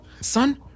son